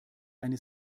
eine